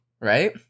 Right